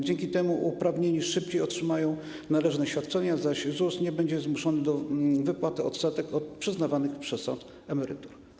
Dzięki temu uprawnieni szybciej otrzymają należne świadczenia, zaś ZUS nie będzie zmuszony do wypłaty odsetek od przyznawanych przez sąd emerytur.